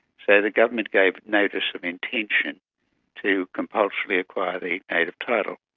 so the government gave notice of intention to compulsorily acquire the native title.